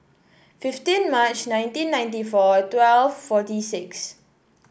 fifteen March nineteen ninety four twelve forty six